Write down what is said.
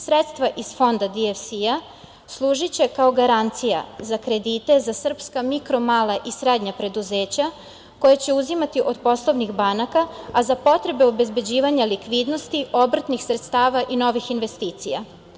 Sredstva iz Fonda DFC služiće kao garancija za kredite, za srpska mikro, mala i srednja preduzeća, koja će uzimati od poslovnih banaka, a za potrebe obezbeđivanja likvidnosti obrtnih sredstava i novih investicija.